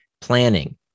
Planning